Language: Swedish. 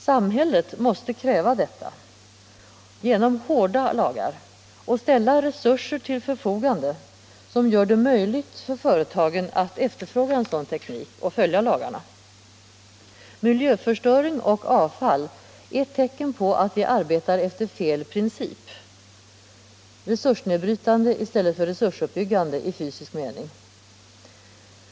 Samhället måste kräva detta genom hårda lagar och ställa resurser till förfogande som gör det möjligt för företagen att efterfråga en sådan teknik och följa lagarna. Miljöförstöring och avfall är tecken på att vi arbetar efter fel princip — resursnedbrytande i stället för resursuppbyggande i fysisk mening.